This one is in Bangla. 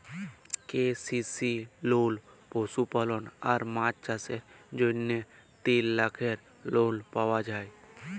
কে.সি.সি লল পশুপালল আর মাছ চাষের জ্যনহে তিল লাখের লল পাউয়া যায়